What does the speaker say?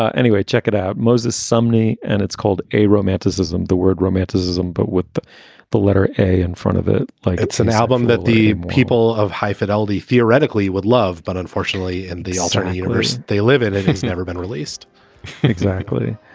ah anyway, check it out. moses somebody. and it's called a romanticism. the word romanticism but with the letter a in front of it, like it's an album that the people of high fidelity theoretically would love. but unfortunately, in the alternate universe, they live in it. it's never been released exactly.